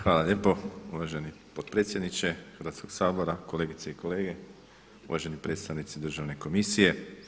Hvala lijepo uvaženi potpredsjedniče Hrvatskog sabora, kolegice i kolege, uvaženi predstavnici Državne komisije.